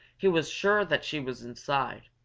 he was sure that she was inside,